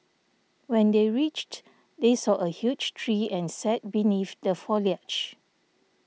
when they reached they saw a huge tree and sat beneath the foliage